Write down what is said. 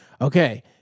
Okay